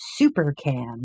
SuperCam